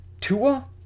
Tua